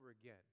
again